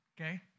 okay